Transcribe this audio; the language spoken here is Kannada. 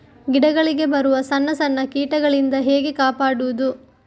ಗಿಡಗಳಿಗೆ ಬರುವ ಸಣ್ಣ ಸಣ್ಣ ಕೀಟಗಳಿಂದ ಹೇಗೆ ಕಾಪಾಡುವುದು?